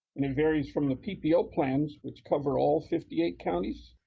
and it varies from the ppo plans, which cover all fifty eight counties